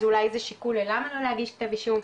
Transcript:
אז אולי זה שיקול ללמה לא להגיש כתב אישום,